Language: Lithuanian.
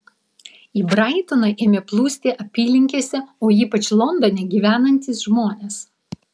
į braitoną ėmė plūsti apylinkėse ir ypač londone gyvenantys žmonės